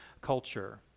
culture